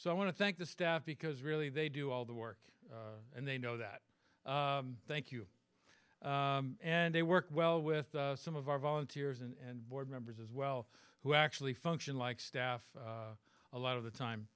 so i want to thank the staff because really they do all the work and they know that thank you and they work well with some of our volunteers and board members as well who actually function like staff a lot of the time